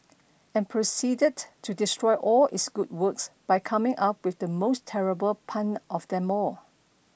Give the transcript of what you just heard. and proceeded to destroy all its good work by coming up with the most terrible pun of them all